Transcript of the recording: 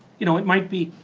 you know it might be,